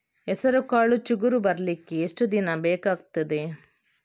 ಹೆಸರುಕಾಳು ಚಿಗುರು ಬರ್ಲಿಕ್ಕೆ ಎಷ್ಟು ದಿನ ಬೇಕಗ್ತಾದೆ?